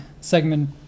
segment